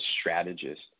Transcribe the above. strategist